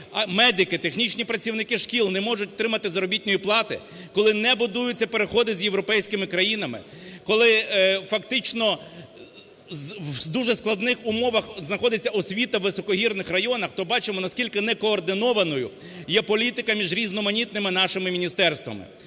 медики, технічні працівники шкіл не можуть отримати заробітної плати, коли не будуються переходи з європейськими країнами, коли фактично в дуже складних умовах знаходиться освіта у високогірних районах, то бачимо, наскільки некоординованою є політика між різноманітними нашими міністерствами.